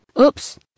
Oops